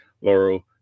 Laurel